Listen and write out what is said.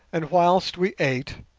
and whilst we ate,